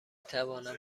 توانم